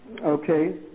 Okay